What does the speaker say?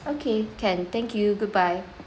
okay can thank you goodbye